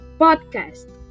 podcast